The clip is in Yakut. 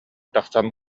тахсан